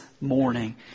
morning